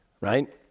right